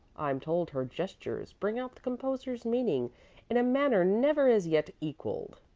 i'm told her gestures bring out the composer's meaning in a manner never as yet equalled.